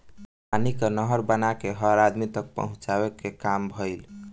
पानी कअ नहर बना के हर अदमी तक पानी पहुंचावे कअ काम भइल